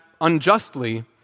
unjustly